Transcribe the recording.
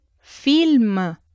Film